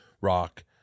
Rock